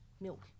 milk